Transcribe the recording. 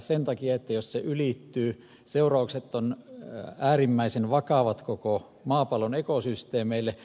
sen takia että jos se ylittyy seuraukset ovat äärimmäisen vakavat koko maapallon ekosysteemeille